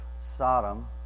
Sodom